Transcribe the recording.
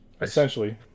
Essentially